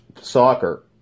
soccer